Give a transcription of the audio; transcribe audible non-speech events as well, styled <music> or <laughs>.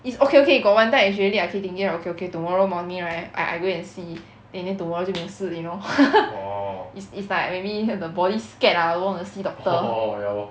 is okay okay got one time actually I keep thinking okay okay tomorrow morning right I I go and see then in the end tomorrow 就没有事情 lor <laughs> is is like maybe the body scared ah don't want to see doctor